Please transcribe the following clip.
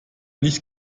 nicht